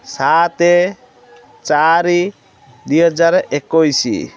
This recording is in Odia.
ସାତ ଚାରି ଦୁଇ ହଜାର ଏକୋଇଶ